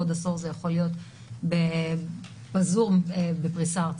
בעוד עשור זה יכול להיות בזום בפריסה ארצית.